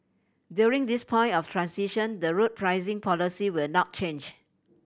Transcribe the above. during this point of transition the road pricing policy will not change